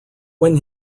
when